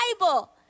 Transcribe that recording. Bible